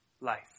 life